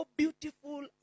beautiful